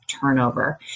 turnover